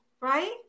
Right